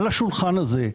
על השולחן הזה,